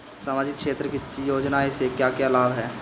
सामाजिक क्षेत्र की योजनाएं से क्या क्या लाभ है?